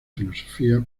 filosofía